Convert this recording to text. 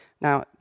Now